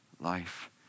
life